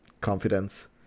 confidence